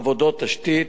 עבודות תשתית,